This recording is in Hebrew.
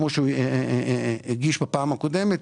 כמו שהוא הגיש בפעם הקודמת,